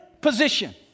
position